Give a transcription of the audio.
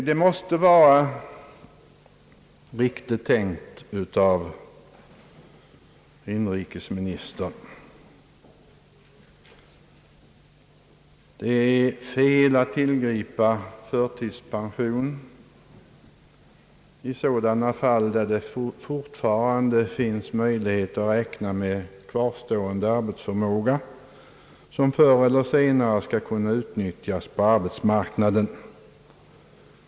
Det måste vara riktigt tänkt av inrikesministern att det är fel att tillgripa förtidspension i sådana fall där det fortfarande finns möjlighet att räkna med kvarstående arbetsförmåga som förr eller senare skall kunna utnyttjas på arbetsmarknaden.